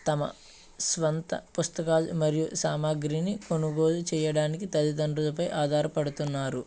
తమ స్వంత పుస్తకాలు మరియు సామాగ్రిని కొనుగోలు చేయడానికి తల్లితండ్రులపై ఆధారపడుతున్నారు